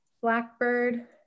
Blackbird